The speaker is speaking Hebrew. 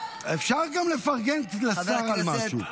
אפשר גם לפרגן לשר על משהו.